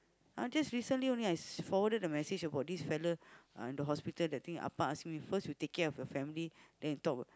I'm just recently only I forwarded a message about this fellow in the hospital that think ask me first you take care of your family then you talk about